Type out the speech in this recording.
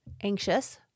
anxious